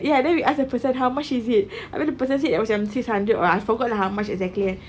ya we asked the person how much is it habis the person said like macam six hundred or I forgot lah how much exactly kan